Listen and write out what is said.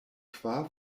kvar